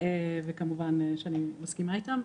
וכמובן שאני מסכימה איתן.